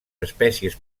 espècies